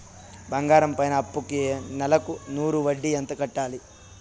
బంగారం పైన అప్పుకి నెలకు నూరు వడ్డీ ఎంత కట్టాలి?